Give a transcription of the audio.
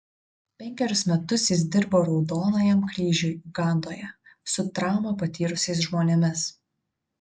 penkerius metus jis dirbo raudonajam kryžiui ugandoje su traumą patyrusiais žmonėmis